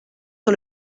sur